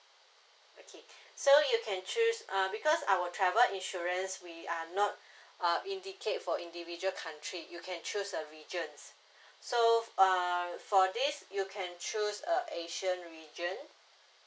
okay so you can choose uh because our travel insurance we are not uh indicate for individual country you can choose a regions so uh for this you can choose a asian region